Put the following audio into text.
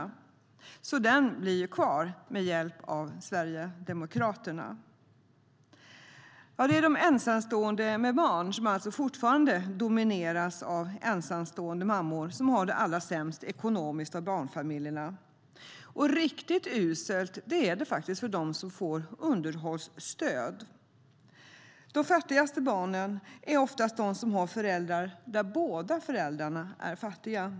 Jämställdhetsbonusen blir alltså kvar med hjälp av Sverigedemokraterna. Ensamstående med barn - och här dominerar ensamstående mammor - har det alltså allra sämst ekonomiskt av barnfamiljerna. Riktigt uselt är det för dem som får underhållsstöd. De fattigaste barnen är oftast de där båda föräldrarna är fattiga.